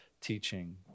teaching